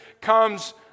comes